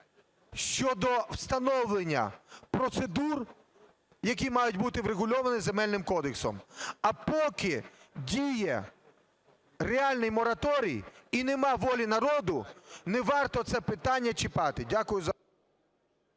щодо встановлення процедур, які мають бути врегульовані Земельним кодексом. А поки діє реальний мораторій і немає волі народу, не варто це питання чіпати. Дякую за…